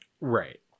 Right